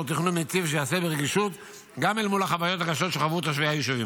תכנון מיטיב שייעשה ברגישות גם אל מול החוויות הקשות שחוו תושבי היישובים.